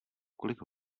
kolik